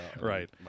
Right